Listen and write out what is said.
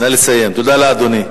תודה לאדוני.